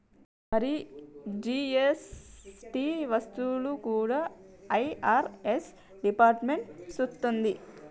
మరి జీ.ఎస్.టి వసూళ్లు కూడా ఐ.ఆర్.ఎస్ డిపార్ట్మెంట్ సూత్తది